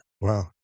Wow